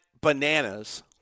bananas